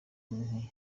nti